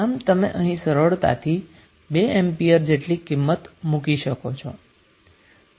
આમ તમે અહીં સરળતાથી 2 એમ્પિયર જેટલી કિંમત મુકી શકો છો